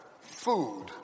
food